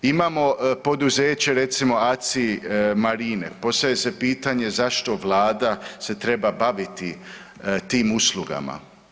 Imamo poduzeće recimo ACI Marine, postavlja se pitanje zašto se Vlada treba baviti tim uslugama?